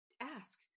ask